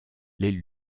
les